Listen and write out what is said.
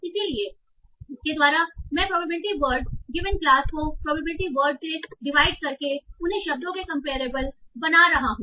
इसलिए इसके द्वारा मैं प्रोबेबिलिटी वर्ड गिवन क्लास को प्रोबेबिलिटी वर्ड से डिवाइड करके उन्हें शब्दों के कंपयरेबल बना रहा हूं